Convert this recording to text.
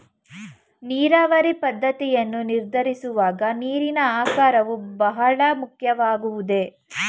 ನೀರಾವರಿ ಪದ್ದತಿಯನ್ನು ನಿರ್ಧರಿಸುವಾಗ ನೀರಿನ ಆಕಾರವು ಬಹಳ ಮುಖ್ಯವಾಗುವುದೇ?